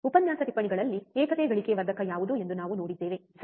ಉಪನ್ಯಾಸ ಟಿಪ್ಪಣಿಗಳಲ್ಲಿ ಏಕತೆ ಗಳಿಕೆ ವರ್ಧಕ ಯಾವುದು ಎಂದು ನಾವು ನೋಡಿದ್ದೇವೆ ಸರಿ